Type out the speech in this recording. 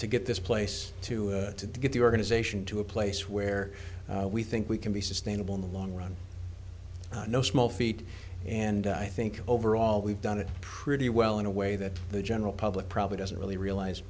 to get this place to get the organization to a place where we think we can be sustainable in the long run no small feat and i think overall we've done it pretty well in a way that the general public probably doesn't really realize